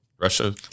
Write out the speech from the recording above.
Russia